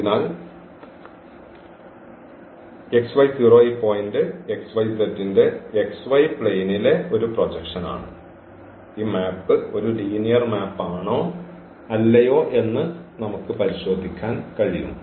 അതിനാൽ ഈ പോയിന്റ് ന്റെ xy പ്ലെയിൻലെ ഒരു പ്രൊജക്ഷൻ ആണ് ഈ മാപ്പ് ഒരു ലീനിയർ മാപ് ആണോ അല്ലയോ എന്ന് നമുക്ക് പരിശോധിക്കാൻ കഴിയും